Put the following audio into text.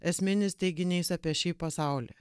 esminis teiginys apie šį pasaulį